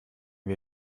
wir